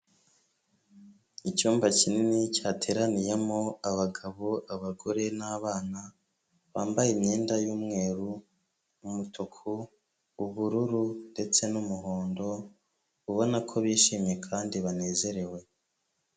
Icyumba kinini cyateraniyemo abagabo ,abagore n’abana bambaye imyenda y’umweru ,umutuku ,ubururu ndetse n'umuhondo ubona ko bishimye kandi banezerewe.